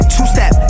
Two-step